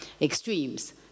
extremes